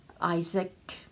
Isaac